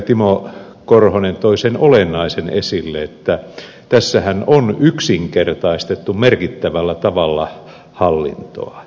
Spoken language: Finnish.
timo korhonen toi sen olennaisen esille että tässähän on yksinkertaistettu merkittävällä tavalla hallintoa